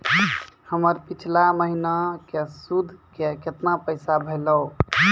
हमर पिछला महीने के सुध के केतना पैसा भेलौ?